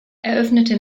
eröffnete